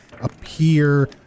appear